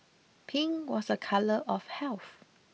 pink was a colour of health